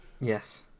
Yes